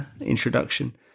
introduction